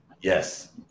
Yes